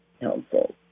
Council